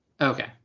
Okay